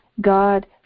God